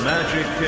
Magic